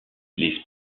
les